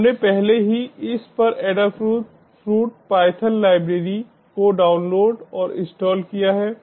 हमने पहले ही इस पर Adafruit पाइथन लाइब्रेरी को डाउनलोड और इंस्टाल किया है